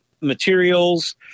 materials